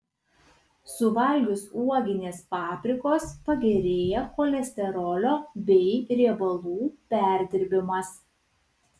suvalgius uoginės paprikos pagerėja cholesterolio bei riebalų perdirbimas